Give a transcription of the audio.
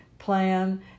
plan